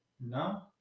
No